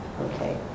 Okay